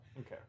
Okay